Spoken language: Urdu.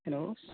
ہیلو